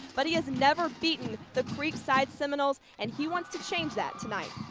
but he has never beaten the creekside seminoles and he wants to change that tonight.